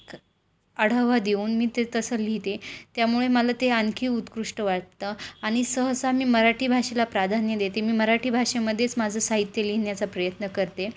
क् आढावा देऊन मी ते तसं लिहिते त्यामुळे मला ते आणखी उत्कृष्ट वाटतं आणि सहसा मी मराठी भाषेला प्राधान्य देते मी मराठी भाषेमध्येच माझं साहित्य लिहिण्याचा प्रयत्न करते